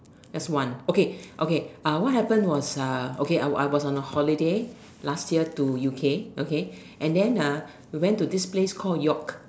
that's one okay okay uh what happened was uh okay I was on a holiday last year to U_K okay and then ah we went to this place called York